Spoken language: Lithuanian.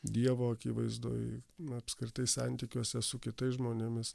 dievo akivaizdoj na apskritai santykiuose su kitais žmonėmis